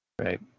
right